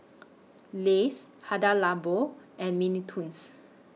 Lays Hada Labo and Mini Toons